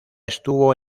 estuvo